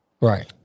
Right